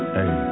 Hey